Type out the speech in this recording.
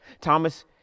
Thomas